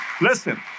Listen